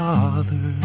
Father